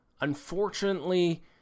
Unfortunately